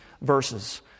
verses